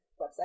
website